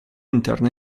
interna